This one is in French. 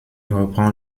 reprend